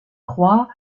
croix